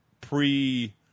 pre